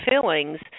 fillings